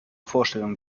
vorstellung